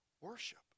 Worship